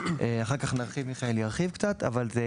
ואחר כך מיכאל ירחיב קצת בנושא.